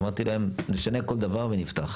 אמרתי להם נשנה כל דבר ונפתח.